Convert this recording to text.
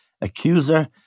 accuser